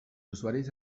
usuaris